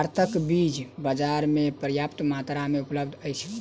भारतक बीज बाजार में पर्याप्त मात्रा में उपलब्ध अछि